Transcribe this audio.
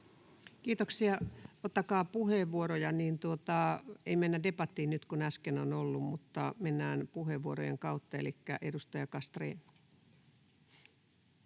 Kiitoksia. — Ottakaa puheenvuoroja. Ei mennä debattiin nyt, kun äsken on oltu, mutta mennään puheenvuorojen kautta. — Elikkä edustaja Castrén.